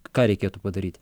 ką reikėtų padaryti